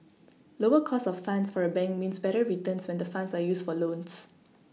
lower cost of funds for a bank means better returns when the funds are used for loans